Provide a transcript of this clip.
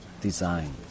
design